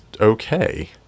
okay